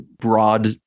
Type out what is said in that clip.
broad